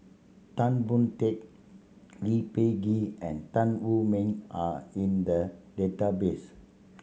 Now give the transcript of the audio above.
Tan Boon Teik Lee Peh Gee and Tan Wu Meng are in the database